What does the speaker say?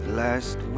last